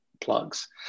plugs